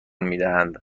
میدهند